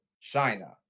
China